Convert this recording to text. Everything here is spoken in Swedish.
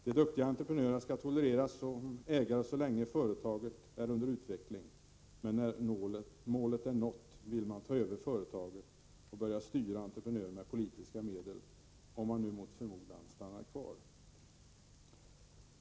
De duktiga entreprenörerna skall tolereras som ägare så länge företagen är under utveckling, men när målet är nått vill man ta över företagen och börja styra entreprenörerna med politiska medel — om de mot förmodan stannar kvar.